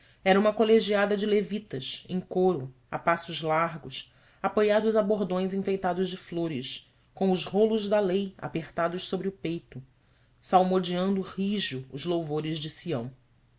era uma colegiada de levitas em coro a passos largos apoiados a bordões enfeitados de flores com os rolos da lei apertados sobre o peito salmodiando rijo os louvores de sião